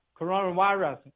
coronavirus